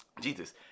Jesus